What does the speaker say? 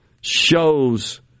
shows